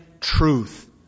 truth